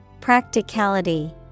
Practicality